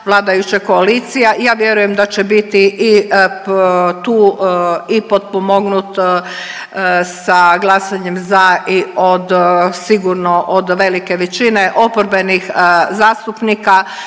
ja vjerujem da će biti i tu i potpomognut sa glasanjem za i od sigurno od velike većine oporbenih zastupnika